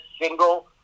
single